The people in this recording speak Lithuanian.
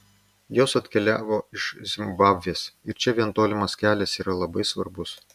jos atkeliavo iš zimbabvės ir čia vien tolimas kelias yra labai svarbus